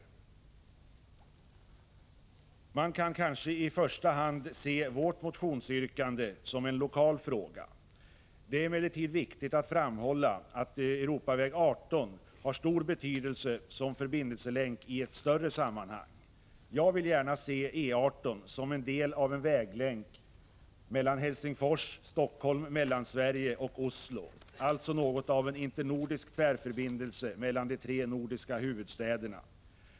Man kan kanske i första hand betrakta vårt motionsyrkande som en lokal fråga. Det är emellertid viktigt att framhålla att Europaväg 18 har stor betydelse som förbindelselänk i ett större sammanhang. Jag vill gärna se E 18 som en del av en väglänk Helsingfors-Helsingfors-Mellansverige-Oslo, alltså som något av en internordisk tvärförbindelse mellan de tre nordiska huvudstäderna.